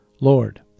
Lord